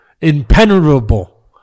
Impenetrable